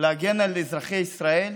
להגן על אזרחי ישראל